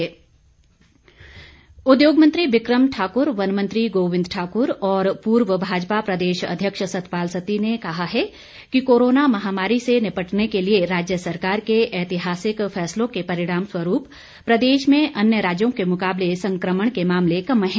बयान उद्योग मंत्री बिक्रम ठाकुर वन मंत्री गोविंद ठाकुर और पूर्व भाजपा प्रदेश अध्यक्ष सतपाल सत्ती ने कहा है कि कोरोना महामारी से निपटने के लिए राज्य सरकार के ऐतिहासिक फैसलों के परिणाम स्वरूप प्रदेश में अन्य राज्यों के मुकाबले संक्रमण के मामले कम हैं